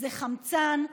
זה חמצן,